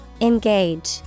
Engage